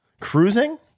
cruising